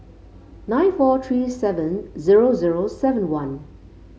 nine four three seven zero zero seven one